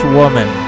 woman